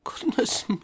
Goodness